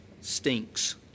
stinks